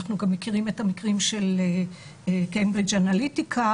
אנחנו גם מכירים את המקרים של קיימבריג' אנליטיקה